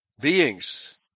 beings